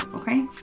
okay